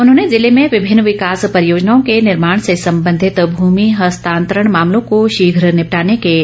उन्होंने जिले में विभिन्न विकास परियोजनाओं के निर्माण से संबंधित भूमि हस्तांतरण मामलों को शीघ्र निपटाने के निर्देश दिए